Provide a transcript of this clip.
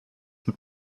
mit